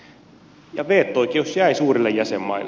ja veto oikeus jäi suurille jäsenmaille